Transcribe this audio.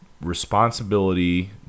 responsibility